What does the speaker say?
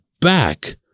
back